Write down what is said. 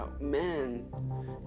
men